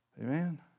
Amen